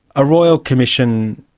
a royal commission